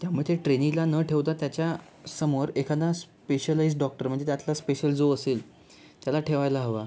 त्यामुळे ते ट्रेनीला न ठेवता त्याच्या समोर एखादा स्पेशलाईझ्ड डॉक्टर म्हणजे त्यातलाच स्पेशल जो असेल त्याला ठेवायला हवा